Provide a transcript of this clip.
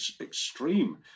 extreme